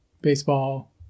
baseball